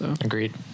Agreed